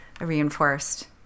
reinforced